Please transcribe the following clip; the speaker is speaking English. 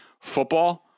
football